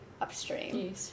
upstream